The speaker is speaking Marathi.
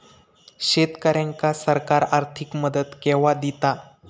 शेतकऱ्यांका सरकार आर्थिक मदत केवा दिता?